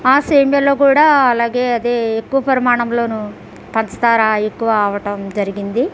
ఆ సేమియాలో కూడా అలాగే అదే ఎక్కువ పరిమాణంలోను పంచదార ఎక్కువ అవటం జరిగింది